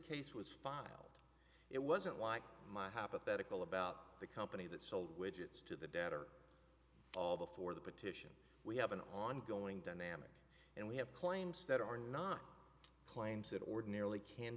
case was filed it wasn't like my hypothetical about the company that sold widgets to the debtor all before the petition we have an ongoing dynamic and we have claims that are not claims that ordinarily can